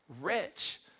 rich